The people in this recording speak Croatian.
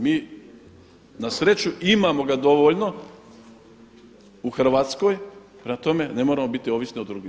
Mi na sreću imamo ga dovoljno u Hrvatskoj, prema tome ne moramo biti ovisni o drugima.